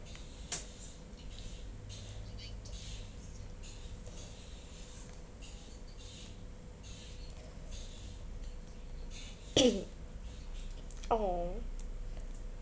!aww!